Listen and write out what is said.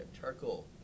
charcoal